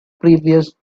previous